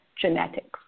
genetics